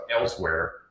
elsewhere